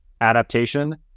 Adaptation